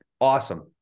awesome